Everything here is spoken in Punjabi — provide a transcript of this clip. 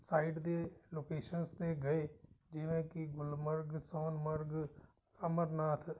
ਸਾਈਡ ਦੇ ਲੋਕੇਸ਼ਨਸ 'ਤੇ ਗਏ ਜਿਵੇਂ ਕਿ ਗੁੱਲਮਰਗ ਸੌਨਮਰਗ ਅਮਰਨਾਥ